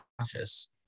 office